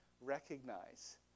recognize